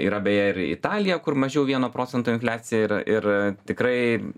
yra beje ir italija kur mažiau vieno procento infliacija ir ir tikrai